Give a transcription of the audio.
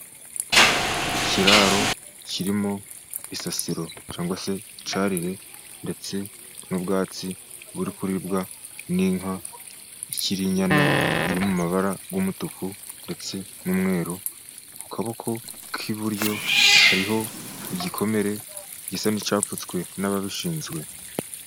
Ikiraro kirimo isasiro, cyangwa se icyarire, ndetse n'ubwatsi buri kuribwa n’inka ikiri inyana, iri mu mabara y’umutuku ndetse n’umweru. Mu kaboko k’iburyo hariho igikomere gisa n’icyapfutswe n’ababishinzwe.